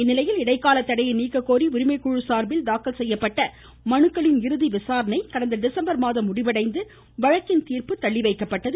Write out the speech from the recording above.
இந்நிலையில் இடைக்கால தடையை நீக்கக்கோரி உரிமைக்குழு சார்பில் தாக்கல் செய்யப்பட்ட மனுக்களின் இறுதி விசாரணை கடந்த டிசம்பர் மாதம் முடிவடைந்து வழக்கின் தீர்ப்பு தள்ளிவைக்கப்பட்டது